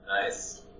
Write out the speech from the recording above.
Nice